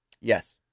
Yes